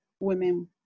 women